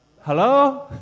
hello